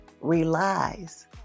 relies